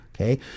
okay